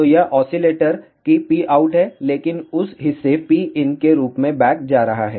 तो यह ऑसीलेटर की Pout है लेकिन उस हिस्से Pin के रूप में बैक जा रहा है